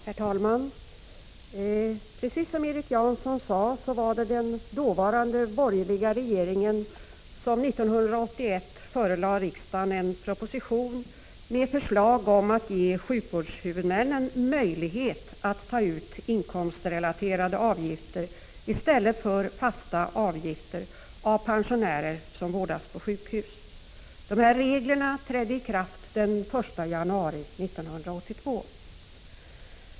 Herr talman! Precis som Erik Janson sade var det den dåvarande borgerliga regeringen som 1981 förelade riksdagen en proposition med förslag om att ge sjukvårdshuvudmännen möjlighet att ta ut inkomstrelaterade avgifter i stället för fasta avgifter av pensionärer som vårdas på sjukhus. Reglerna trädde i kraft den 1 januari 1982.